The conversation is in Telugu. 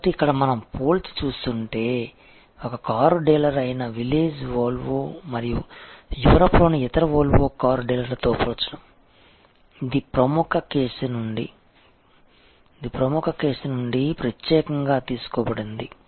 కాబట్టి ఇక్కడ మనం పోల్చి చూస్తుంటే ఒక కారు డీలర్ అయిన విలేజ్ వోల్వో మరియు యూరోప్లోని ఇతర వోల్వో కార్ డీలర్లతో పోల్చడం ఇది ఒక ప్రముఖ కేసు నుండి ప్రత్యేకంగా తీసుకోబడింది